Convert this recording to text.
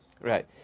right